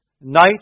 night